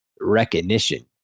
recognition